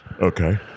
Okay